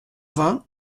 vingt